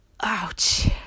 ouch